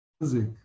music